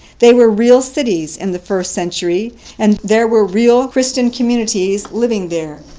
they were real cities in the first century and there were real christian communities living there.